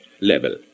level